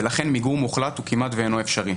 ולכן מיגור מוחלט הוא כמעט ואינו אפשרי,